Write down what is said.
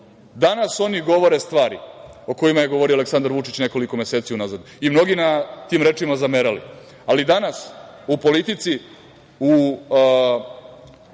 Danas oni govore stvari o kojima je govorio Aleksandar Vučić nekoliko meseci unazad i mnogi na tim rečima zamerali, ali danas u politici, u